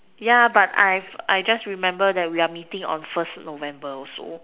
yeah but I've I just remember that we are meeting on first November also